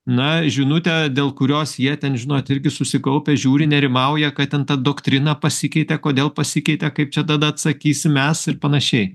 na žinutė dėl kurios jie ten žinot irgi susikaupę žiūri nerimauja kad ten ta doktrina pasikeitė kodėl pasikeitė kaip čia tada atsakysim mes ir panašiai